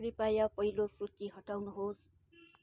कृपया पहिलो सूची हटाउनुहोस्